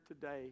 today